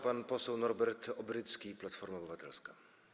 Pan poseł Norbert Obrycki, Platforma Obywatelska.